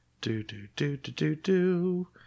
Do-do-do-do-do-do